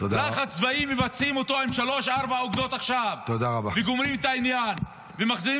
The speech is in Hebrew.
לחץ צבאי מבצעים עם שלוש או ארבע אוגדות וגומרים את העניין ומחזיקים